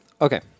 Okay